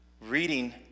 reading